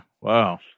Wow